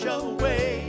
away